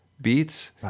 beats